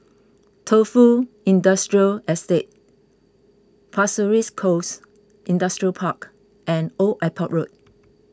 Tofu Industrial Estate Pasir Ris Coast Industrial Park and Old Airport Road